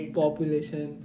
population